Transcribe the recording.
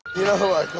you know who i